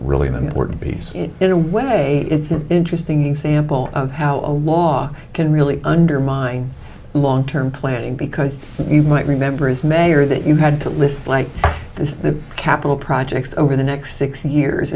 really an important piece in a way it's an interesting example of how a law can really undermine long term planning because you might remember as mayor that you had to list like this capital projects over the next six years